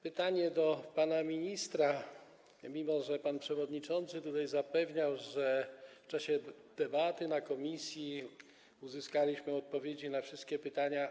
Pytanie do pana ministra, mimo że pan przewodniczący tutaj zapewniał, że w czasie debaty w komisji uzyskaliśmy odpowiedzi na wszystkie pytania.